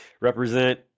represent